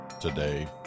today